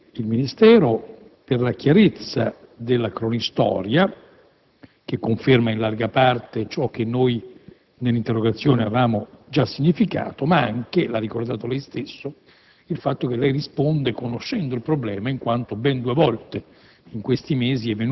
e il Ministero per la chiarezza della cronistoria, che conferma in larga parte ciò che noi nell'interrogazione avevamo già significato, ma anche - l'ha ricordato lei stesso, signor Sottosegretario - il fatto che lei risponde conoscendo i fatti, in quanto ben due volte in